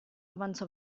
avanzò